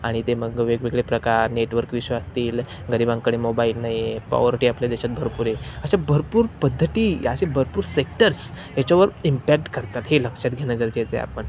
आणि ते मग वेगवेगळे प्रकार नेटवर्क विषय असतील गरिबांकडे मोबाईल नाही आहे पॉवर्टी आपल्या देशात भरपूर आहे अशा भरपूर पद्धती या असे भरपूर सेक्टर्स याच्यावर इम्पॅक्ट करतात हे लक्षात घेणं गरजेचं आहे आपण